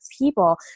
people